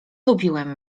lubiłem